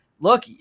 look